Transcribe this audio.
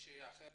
מישהי אחרת